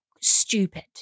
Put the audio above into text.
stupid